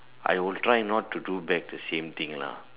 I would try not to do back the same thing lah